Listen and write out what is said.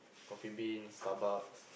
Coffee-Bean Starbucks